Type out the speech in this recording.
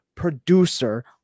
producer